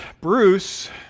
Bruce